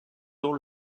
dans